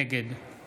נגד